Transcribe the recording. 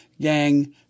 gang